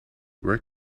where